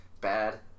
bad